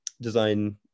design